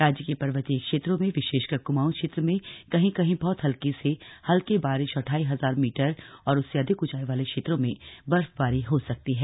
राज्य के पर्वतीय क्षेत्रों में विशेषकर कुमाऊं क्षेत्र में कहीं कहीं बहुत हल्की से हल्की बारिश और ढाई हजार मीटर और उससे अधिक ऊंचाई वाले क्षेत्रों में बर्फबारी हो सकती है